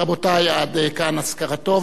רבותי, עד כאן אזכרתו.